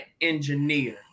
engineer